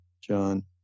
John